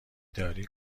داری